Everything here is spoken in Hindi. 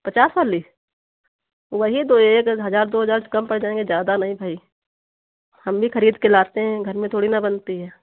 पचास वाली वही दो एक हजार दो हजार से कम पड़ जाएंगे ज्यादा नहीं भाई हम भी खरीद कर लाते हैं घर में थोड़ी न बनती है